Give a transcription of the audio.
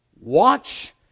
Watch